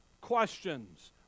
questions